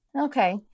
Okay